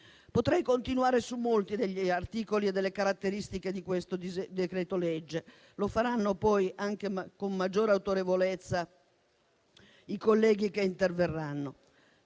Potrei continuare su molti degli articoli e delle caratteristiche del decreto-legge in esame; lo faranno poi, anche con maggiore autorevolezza, i colleghi che interverranno.